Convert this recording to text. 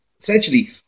Essentially